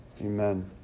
amen